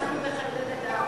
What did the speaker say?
אנחנו בחבלי לידה,